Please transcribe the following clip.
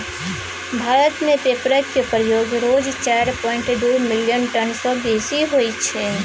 भारत मे पेपरक प्रयोग रोज चारि पांइट दु मिलियन टन सँ बेसी होइ छै